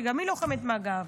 שגם היא לוחמת מג"ב.